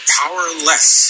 powerless